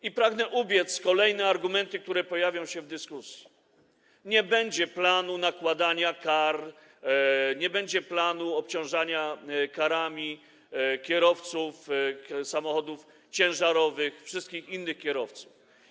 I pragnę ubiec kolejne argumenty, które pojawią się w dyskusji: nie będzie planu nakładania kar, nie będzie planu obciążania karami kierowców samochodów ciężarowych, wszystkich innych kierowców.